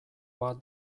bat